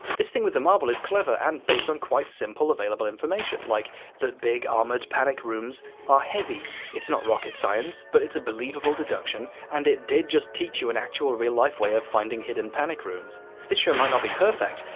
this thing with the marble is clever and based on quite simple available information like that big armored panic rooms are heavy it's not rocket science, but it's a believable deduction and it did just teach you an actual real-life way of finding hidden panic rooms this show might not be perfect,